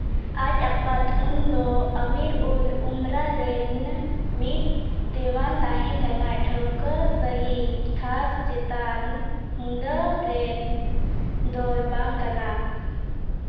ᱟᱡ ᱟᱯᱟᱛ ᱩᱱᱫᱚ ᱟᱹᱢᱤᱨ ᱩᱞ ᱩᱢᱨᱟ ᱨᱮᱱ ᱢᱤᱫ ᱫᱮᱣᱟᱱ ᱛᱟᱦᱮᱸ ᱠᱟᱱᱟᱭ ᱴᱷᱟᱹᱶᱠᱟᱹ ᱥᱟᱹᱦᱤᱡ ᱠᱷᱟᱥ ᱪᱮᱛᱟᱱ ᱦᱩᱫᱟᱹ ᱨᱮᱱ ᱫᱚᱭ ᱵᱟᱝ ᱠᱟᱱᱟ